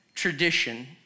tradition